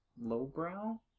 lowbrow